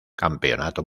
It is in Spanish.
campeonato